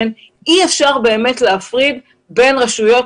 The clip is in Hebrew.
סדצקי שאי אפשר באמת להפריד בין רשויות,